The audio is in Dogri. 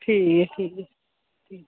ठीक ऐ फ्ही